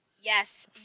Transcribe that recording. Yes